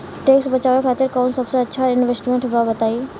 Tax बचावे खातिर कऊन सबसे अच्छा इन्वेस्टमेंट बा बताई?